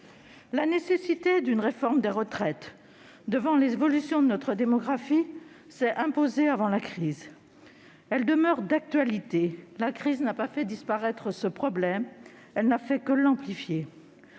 La nécessité d'une réforme des retraites devant l'évolution de notre démographie s'était imposée avant la crise ; elle demeure d'actualité. La crise n'a pas fait disparaître ce problème, elle n'a fait que l'amplifier.